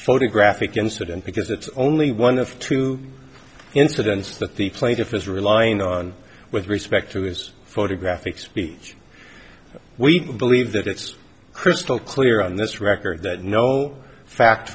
photographic incident because it's only one of two incidents that the plaintiff is relying on with respect to his photographic speech we believe that it's crystal clear on this record that no fact